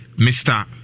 Mr